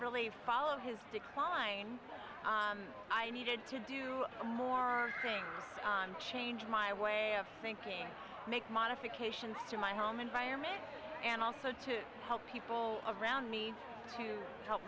really follow his decline i needed to do more things change my way of thinking make modifications to my home environment and also to help people around me to help